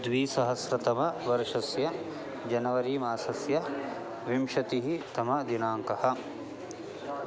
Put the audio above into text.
द्विसहस्रतमवर्षस्य जनवरीमासस्य विंशतितमः दिनाङ्कः